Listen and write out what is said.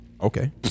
Okay